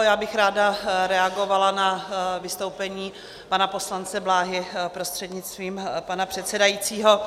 Ráda bych reagovala na vystoupení pana poslance Bláhy prostřednictvím pana předsedajícího.